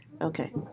Okay